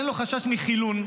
אין לו חשש מחילון.